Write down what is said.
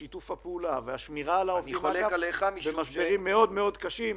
שיתוף הפעולה והשמירה על העובדים במשברים מאוד-מאוד קשים